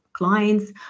clients